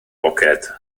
poced